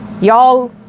Y'all